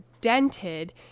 dented